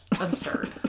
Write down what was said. absurd